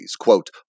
Quote